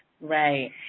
Right